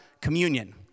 communion